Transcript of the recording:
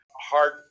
hard